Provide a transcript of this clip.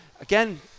Again